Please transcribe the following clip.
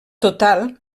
total